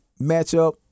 matchup